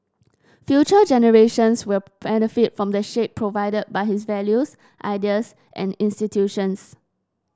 future generations will benefit from the shade provided by his values ideas and institutions